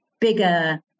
bigger